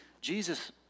Jesus